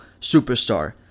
Superstar